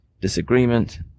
disagreement